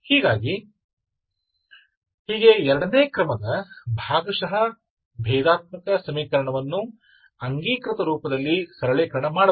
ಹೀಗೆ ಎರಡನೇ ಕ್ರಮದ ಭಾಗಶಃ ಭೇದಾತ್ಮಕ ಸಮೀಕರಣವನ್ನು ಅಂಗೀಕೃತ ರೂಪದಲ್ಲಿ ಸರಳೀಕರಣ ಮಾಡಬಹುದು